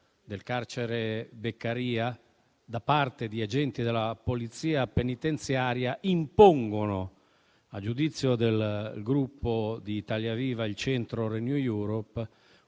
del carcere Beccaria da parte di agenti della Polizia penitenziaria impongono, a giudizio del Gruppo Italia Viva - il Centro- RenewEurope,